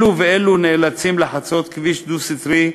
אלו ואלו נאלצים לחצות כביש דו-סטרי,